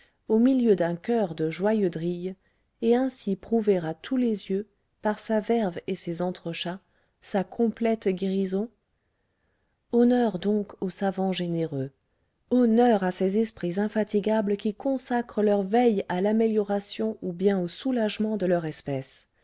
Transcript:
au milieu d'un choeur de joyeux drilles et ainsi prouver à tous les yeux par sa verve et ses entrechats sa complète guérison honneur donc aux savants généreux honneur à ces esprits infatigables qui consacrent leurs veilles à l'amélioration ou bien au soulagement de leur espèce